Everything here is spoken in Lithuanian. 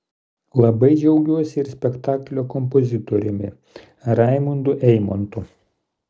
labai džiaugiuosi ir spektaklio kompozitoriumi raimundu eimontu